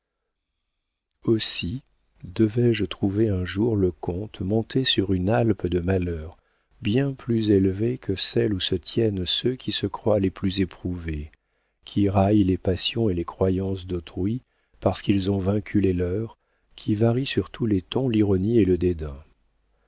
aussi devais-je trouver un jour le comte monté sur une alpe de malheur bien plus élevée que celle où se tiennent ceux qui se croient les plus éprouvés qui raillent les passions et les croyances d'autrui parce qu'ils ont vaincu les leurs qui varient sur tous les tons l'ironie et le